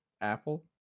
Apple